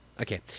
Okay